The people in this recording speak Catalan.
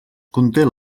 conté